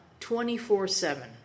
24-7